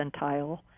percentile